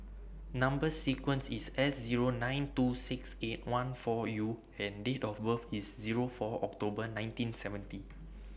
Number sequence IS S Zero nine two six eight one four U and Date of birth IS Zero four October nineteen seventy